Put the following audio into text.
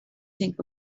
think